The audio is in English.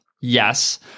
yes